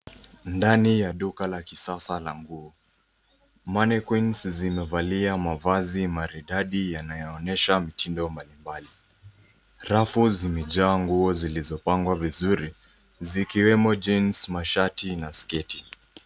Ndani ya duka la kisasa la nguo, mannequins zimevalia mavazi maridadi yanayoonyesha mtindo mbalimbali. Rafu zimejaa nguo zilizopangwa vizuri, zikiwemo jeans , mashati na sketi.